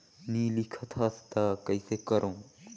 नी लिखत हस ता कइसे करू?